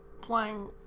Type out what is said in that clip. playing